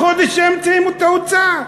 בחודש שהם מוציאים את ההוצאה.